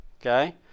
Okay